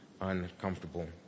uncomfortable